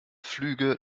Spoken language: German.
flüge